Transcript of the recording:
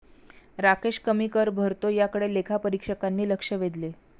राकेश कमी कर भरतो याकडे लेखापरीक्षकांनी लक्ष वेधले